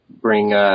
bring